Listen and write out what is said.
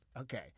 Okay